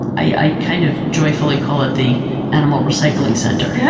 i kind of joyfully call it the animal recycling center, yeah